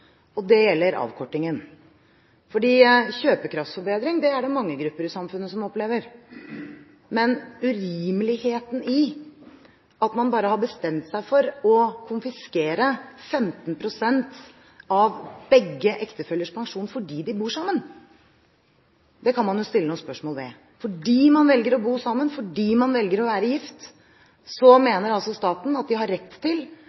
og det gjelder avkortingen. Det er mange grupper i samfunnet som opplever kjøpekraftsforbedring. Men urimeligheten i at man har bestemt seg for å konfiskere 15 pst. av begge ektefellers pensjon fordi de bor sammen, kan man stille noen spørsmål ved. Fordi man velger å bo sammen, fordi man velger å være gift, mener staten at den har rett til